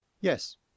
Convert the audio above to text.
Yes